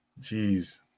jeez